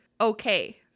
okay